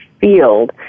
field